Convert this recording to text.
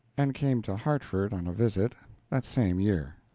and came to hartford on a visit that same year.